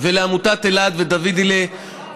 ולעמותת אלעד ודוידל'ה,